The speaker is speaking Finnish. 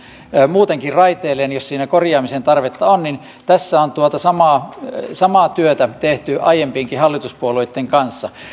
muutenkin raiteilleen jos siinä korjaamisen tarvetta on ja tässä on samaa samaa työtä tehty aiempienkin hallituspuolueitten kanssa